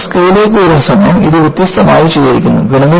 നമ്മൾ ട്രെസ്കയിലേക്ക് വരുന്ന സമയം ഇത് വ്യത്യസ്തമായി ചെയ്തിരിക്കുന്നു